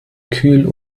kühl